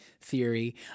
theory